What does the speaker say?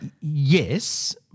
Yes